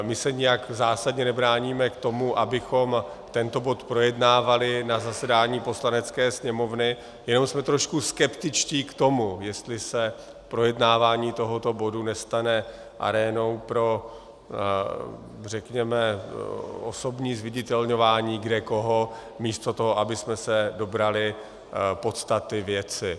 My se nijak zásadně nebráníme tomu, abychom tento bod projednávali na zasedání Poslanecké sněmovny, jenom jsme trošku skeptičtí k tomu, jestli se projednávání tohoto bodu nestane arénou pro, řekněme, osobní zviditelňování kde koho místo toho, abychom se dobrali podstaty věci.